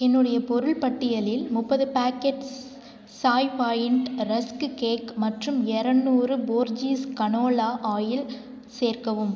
என்னுடைய பொருள் பட்டியலில் முப்பது packets Chai Point rusk cake மற்றும் இரநூறு போர்ஜீஸ் கனோலா ஆயில் சேர்க்கவும்